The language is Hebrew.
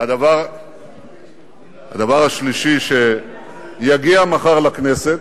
הדבר השלישי, שיגיע מחר לכנסת,